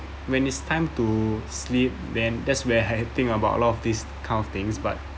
when it's time to sleep then that's where I think about a lot of this kind of things but